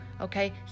okay